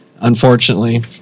unfortunately